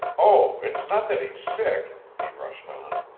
oh, it's not that he's sick, he rushed on.